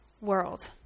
world